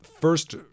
first